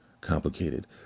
complicated